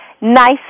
NICE